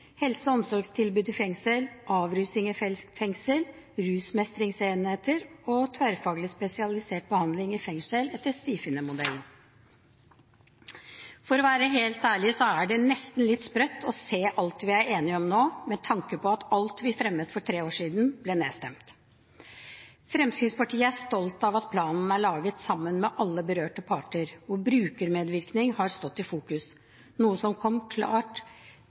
helse- og omsorgstilbud i fengsel, avrusning i fengsel, rusmestringsenheter og tverrfaglig spesialisert behandling i fengsel etter Stifinner-modellen. For å være helt ærlig er det nesten litt sprøtt å se alt vi er enige om nå, med tanke på at alt vi fremmet for tre år siden, ble nedstemt. Fremskrittspartiet er stolt av at planen er laget sammen med alle berørte parter, hvor brukermedvirkning har stått i fokus, noe som klart kom